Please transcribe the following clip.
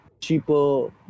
cheaper